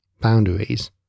boundaries